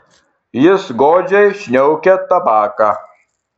jis godžiai šniaukia tabaką